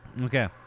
Okay